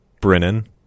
Brennan